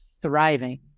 thriving